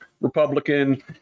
Republican